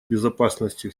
безопасности